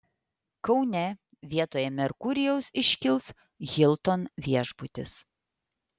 kaune vietoje merkurijaus iškils hilton viešbutis